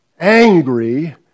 angry